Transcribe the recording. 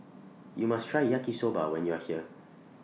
YOU must Try Yaki Soba when YOU Are here